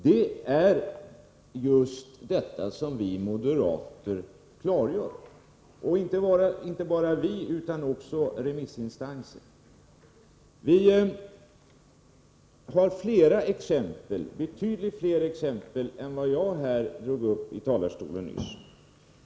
Det är just det svårbedömbara som vi moderater klargör — och inte bara vi utan också remissinstanser. Vi har flera exempel, betydligt fler än vad jag här tog uppi talarstolen nyss.